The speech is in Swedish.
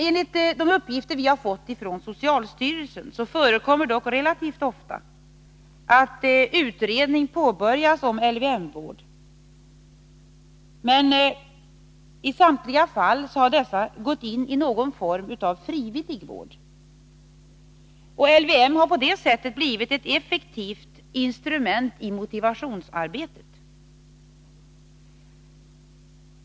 Enligt de uppgifter vi har fått från socialstyrelsen förekommer det dock relativt ofta att utredning påbörjas om LVM-vård. I samtliga fall har detta gått in i någon form av frivillig vård. LVM har på det sättet blivit ett effektivt instrument i motivationsarbetet.